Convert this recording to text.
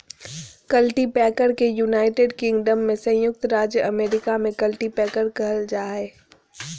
cultipacker के United Kingdom में संयुक्त राज्य अमेरिका में कल्टीपैकर कहल जा हइ